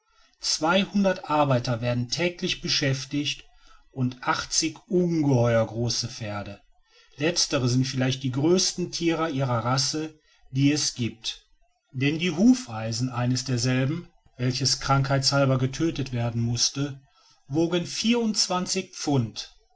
zweihundert arbeiter werden täglich beschäftig und achtzig ungeheuer große pferde letztere sind vielleicht die größten tiere ihrer rasse die es gibt denn die hufeisen eines derselben welches krankheitshalber getötet werden mußte wogen vierundzwanzig pfund